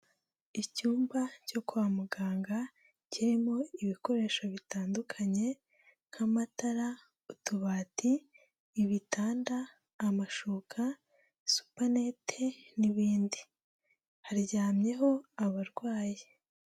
Icyumba cyo kwa muganga kirimo ibikoresho bitandukanye nk'amatara, utubati, ibitanda, amashuka, supanete n'ibindi. Haryamyeho abarwayi.